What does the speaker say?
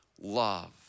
love